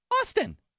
Austin